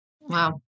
Wow